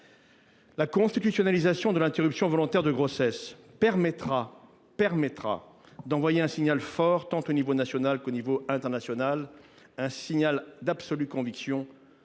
La constitutionnalisation de l’interruption volontaire de grossesse permettra d’envoyer un signal fort, tant à l’échelon national qu’à l’échelon international, un signal d’absolue conviction